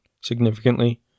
significantly